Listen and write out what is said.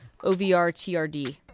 OVRTRD